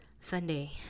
Sunday